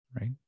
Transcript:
right